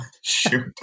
Shoot